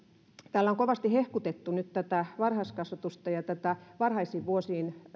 täällä on kovasti hehkutettu nyt tätä varhaiskasvatusta ja tätä varhaisiin vuosiin